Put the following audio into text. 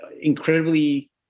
incredibly